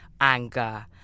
anger